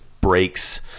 breaks